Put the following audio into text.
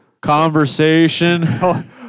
conversation